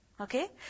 Okay